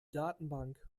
datenbank